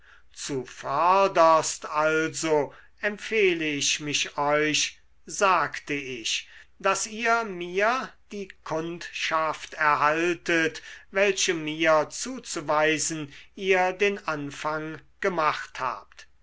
zuvörderst also empfehle ich mich euch sagte ich daß ihr mir die kundschaft erhaltet welche mir zuzuweisen ihr den anfang gemacht habt